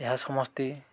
ଏହା ସମସ୍ତେ